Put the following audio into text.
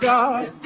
God